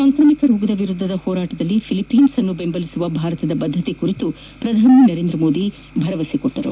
ಸಾಂಕ್ರಾಮಿಕ ರೋಗದ ವಿರುದ್ದದ ಹೋರಾಟದಲ್ಲಿ ಫಿಲಿಪೈನ್ಸ್ ಅನ್ನು ಬೆಂಬಲಿಸುವ ಭಾರತದ ಬದ್ದತೆ ಕುರಿತು ಪ್ರಧಾನಿ ನರೇಂದ್ರ ಮೋದಿ ಭರವಸೆ ನೀಡಿದ್ದಾರೆ